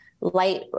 light